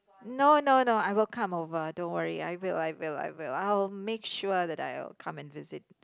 no no no I will come over don't worry I will I will I will I will make sure that I will come and visit